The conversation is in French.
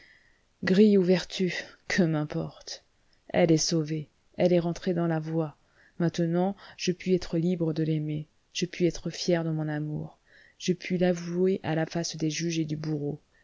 ou vertu que m'importe elle est sauvée elle est rentrée dans la voie maintenant je puis être libre de l'aimer je puis être fier de mon amour je puis l'avouer à la face des juges et du bourreau